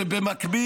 נכון,